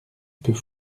peut